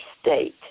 state